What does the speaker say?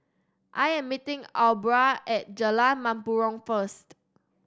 I am meeting Aubra at Jalan Mempurong first